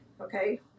okay